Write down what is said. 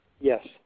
Yes